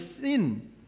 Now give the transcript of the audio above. sin